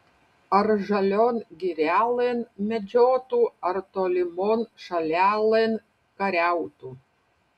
ar žalion girelėn medžiotų ar tolimon šalelėn kariautų